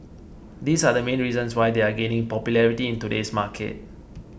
these are the main reasons why they are gaining popularity in today's market